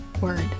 word